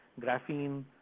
graphene